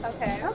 Okay